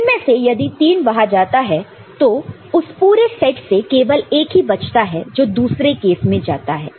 इनमें से यदि तीन वह जाता है तो उस पूरे सेट से केवल एक ही बचता है जो दूसरे केस में जाता है